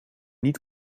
niet